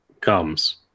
comes